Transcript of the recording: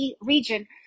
region